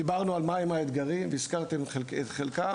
דיברנו על מה הם האתגרים והזכרתם את חלקם.